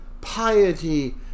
piety